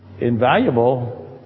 Invaluable